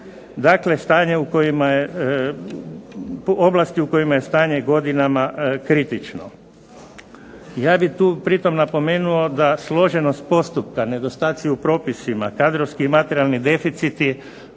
Dakle, oblasti u kojima je stanje godinama kritično. Ja bih tu pritom napomenuo da složenost postupka, nedostaci u propisima, kadrovski i materijalni deficiti